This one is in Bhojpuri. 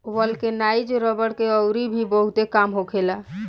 वल्केनाइज रबड़ के अउरी भी बहुते काम होखेला